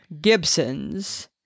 Gibsons